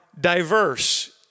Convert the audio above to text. diverse